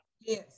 yes